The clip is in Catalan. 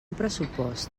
pressupost